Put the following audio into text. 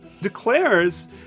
declares